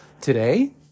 today